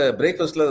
breakfast